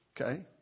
Okay